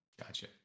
Gotcha